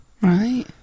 right